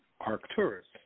Arcturus